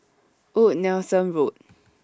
Old Nelson Road